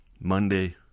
Monday